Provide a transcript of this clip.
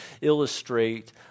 illustrate